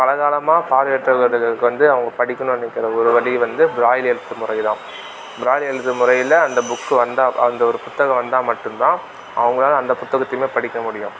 பல காலமாக பார்வையற்றவர்களுக்கு வந்து அவங்க படிக்கணும்னு நினைக்கிற ஒரு வழி வந்து பிராய்லி எழுத்து முறை தான் பிராய்லி எழுத்து முறையில் அந்த புக்கு வந்தால் அந்த ஒரு புத்தகம் வந்தால் மட்டுந்தான் அவங்களால அந்த புத்தகத்தையுமே படிக்க முடியும்